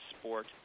sport